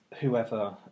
whoever